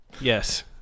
Yes